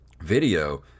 video